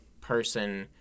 person